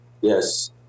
Yes